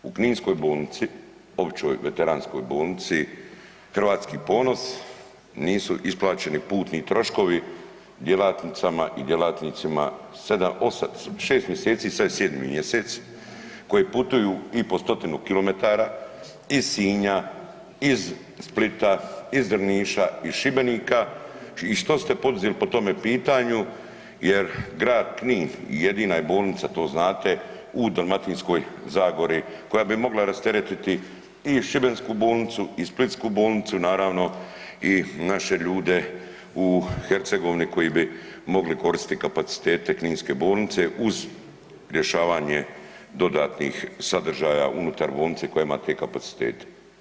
U kninskoj bolnici, Općoj veteranskoj bolnici Hrvatski ponos, nisu isplaćeni putni troškovi djelatnicama i djelatnicima 7, 8, 6 mjeseci, sad je 7. mjesec, koje putuju i po stotinu kilometara iz Sinja, iz Splita, iz Drništa, iz Šibenika i što ste poduzeli po tome pitanju, jer, grad Knin jedina je bolnica, to znate u Dalmatinskoj zagori koja bi mogla rasteretiti i šibensku bolnicu i splitsku bolnicu i naravno, i naše ljude u Hercegovini koji bi mogli koristiti kapacitete kninske bolnice uz rješavanje dodatnih sadržaja unutar bolnice koja ima te kapacitete.